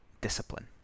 discipline